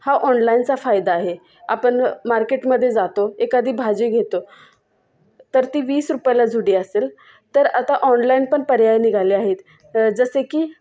हा ऑनलाईनचा फायदा आहे आपण मार्केटमध्ये जातो एखादी भाजी घेतो तर ती वीस रुपयाला जुडी असेल तर आता ऑनलाईन पण पर्याय निघाले आहेत जसे की